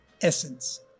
essence